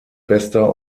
bester